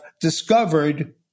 discovered